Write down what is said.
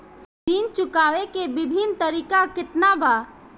ऋण चुकावे के विभिन्न तरीका केतना बा?